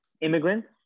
immigrants